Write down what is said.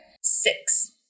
Six